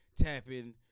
tapping